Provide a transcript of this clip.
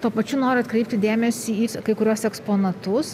tuo pačiu noriu atkreipti dėmesį į kai kuriuos eksponatus